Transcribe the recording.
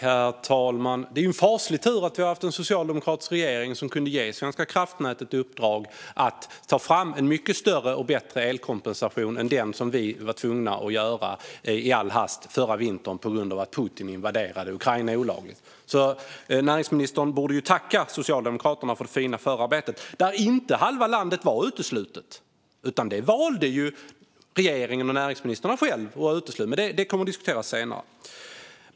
Herr talman! Det är en faslig tur att vi har haft en socialdemokratisk regering som kunde ge Svenska kraftnät i uppdrag att ta fram en mycket större och bättre elkompensation än den som vi var tvungna att ordna i all hast förra vintern på grund av att Putin olagligt invaderade Ukraina. Näringsministern borde tacka Socialdemokraterna för det fina förarbetet, där halva landet inte var uteslutet. Det var regeringen och näringsministern själva som valde att utesluta, men det kommer att diskuteras senare.